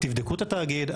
תבדקו את התאגיד.